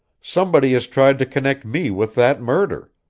somebody has tried to connect me with that murder.